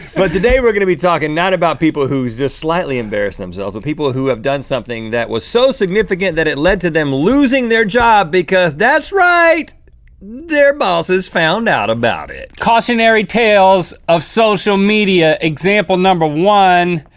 but today we're gonna be talking, not about people who just slightly embarrassed themselves, but people who have done something that was so significant that it led to them losing their job because that's right their bosses found out about it. cautionary tales of social media. example number one